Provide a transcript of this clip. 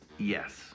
yes